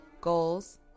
goals